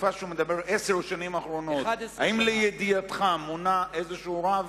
בעשר השנים האחרונות, האם לידיעתך מונה רב כלשהו?